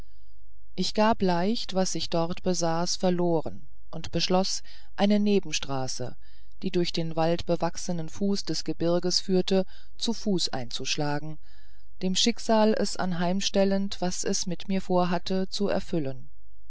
ich gab leicht was ich dort noch besaß verloren und beschloß eine nebenstraße die durch den waldbewachsenen fuß des gebirges führte zu fuß einzuschlagen dem schicksal es anheim stellend was es mit mir vorhatte zu erfüllen